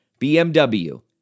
BMW